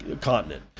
continent